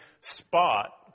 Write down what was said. spot